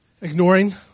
Ignoring